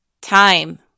Time